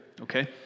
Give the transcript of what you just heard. okay